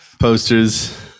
Posters